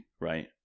right